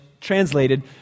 translated